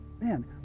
man